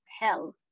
hell